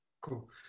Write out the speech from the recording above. Cool